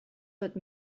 that